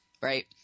right